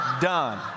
done